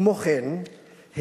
כמו כן,